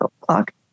clock